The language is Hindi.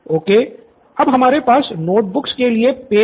स्टूडेंट सिद्धार्थ अब हमारे पास नोट बुक्स के लिए पेज हैं